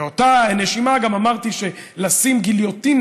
באותה נשימה גם אמרתי שלשים גליוטינה